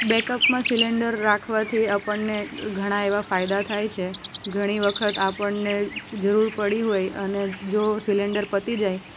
બેકઅપમાં cylinder રાખવાથી આપણને ઘણા એવા ફાયદા થાય છે ઘણી વખત આપણને જરૂર પડી હોય અને જો સિલિન્ડર પતી જાય